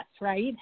right